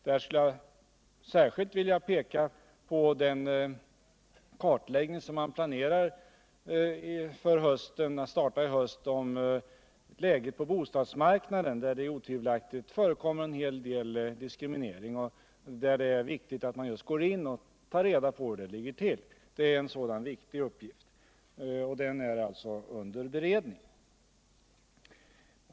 Där skulle jag särskilt vilja peka på den kartläggning av läget på bostadsmarknaden som är planerad att startas till hösten. Det förekommer otvivelaktigt en hel del diskriminering och där det följaktligen är viktigt att vi går in för att ta reda på hur det ligger ull. Denna viktiga uppgift är alltså under beredning.